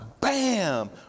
bam